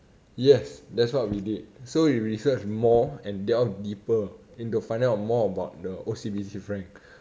yes that's what we did so we research more and delve deeper into finding more about the O_C_B_C frank